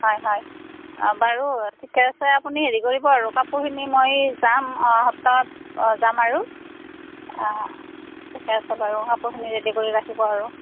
হয় হয় বাৰু ঠিকে আছে আপুনি হেৰি কৰিব আৰু কাপোৰখিনি মই যাম অহা সপ্তাহত অঁ যাম আৰু ঠিকে আছে বাৰু কাপোৰখিনি ৰেডি কৰি ৰাখিব আৰু